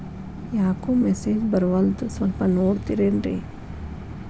ಯಾಕೊ ಮೆಸೇಜ್ ಬರ್ವಲ್ತು ಸ್ವಲ್ಪ ನೋಡ್ತಿರೇನ್ರಿ?